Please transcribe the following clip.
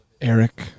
Eric